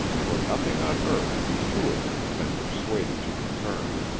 for nothing on earth could two of them have been persuaded to return.